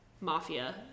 mafia